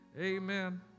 amen